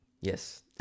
Yes